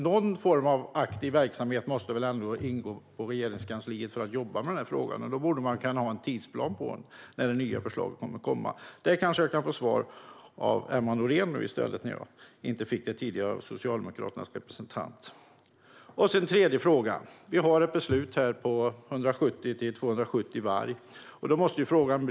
Någon form av aktiv verksamhet måste ändå ske på Regeringskansliet med att jobba med frågan, och då borde man ha en tidsplan för när det nya förslaget ska komma. Jag kanske i stället kan få svar av Emma Nohrén när jag inte fick det tidigare av Socialdemokraternas representant. Den tredje frågan gäller vargen. Vi har ett beslut på 170-270 vargar.